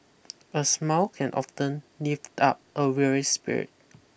a smile can often lift up a weary spirit